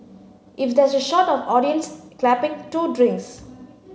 if there's a shot of audience clapping two drinks